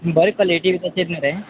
बरें क्वॉलिटी बी तशें मरे